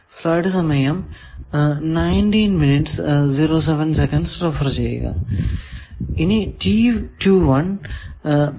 ഇനി പിന്നെ